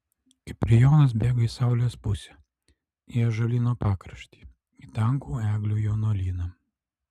kiprijonas bėga į saulės pusę į ąžuolyno pakraštį į tankų eglių jaunuolyną